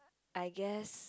I guess